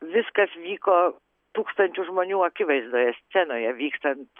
viskas vyko tūkstančių žmonių akivaizdoje scenoje vykstant